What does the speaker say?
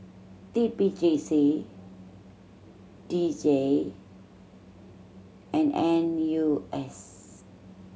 T P J C D J and N U S